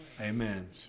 Amen